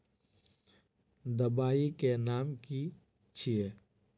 दबाई के नाम की छिए?